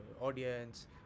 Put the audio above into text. audience